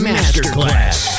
Masterclass